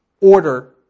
order